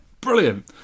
Brilliant